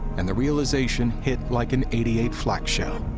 and the realization hit like an eighty eight flak shell.